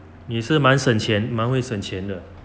你是蛮省钱蛮会省钱的